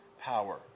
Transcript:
power